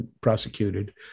prosecuted